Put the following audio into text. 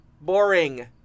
boring